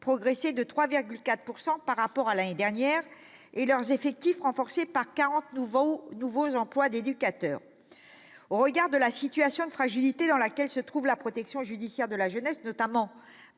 progresser de 3,4 % par rapport à l'année dernière, et leurs effectifs renforcés par 40 nouveaux emplois d'éducateurs. Au regard de la situation de fragilité dans laquelle se trouve la protection judiciaire de la jeunesse, notamment